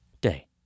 day